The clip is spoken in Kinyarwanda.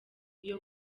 iyo